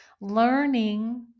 Learning